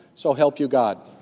so help you god?